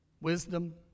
Wisdom